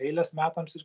eilės metams ir